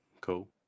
Cool